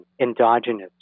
endogenous